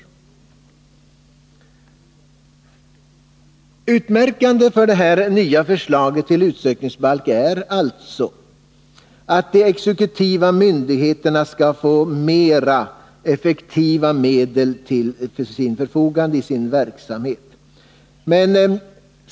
Utmärkande för det nya förslaget till utsökningsbalk är att de exekutiva myndigheterna skall få mer effektiva medel till förfogande i sin verksamhet.